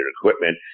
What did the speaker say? equipment